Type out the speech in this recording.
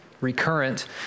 recurrent